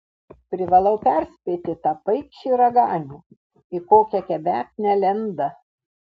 privalau perspėti tą paikšį raganių į kokią kebeknę lenda